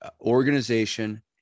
organization